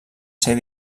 ser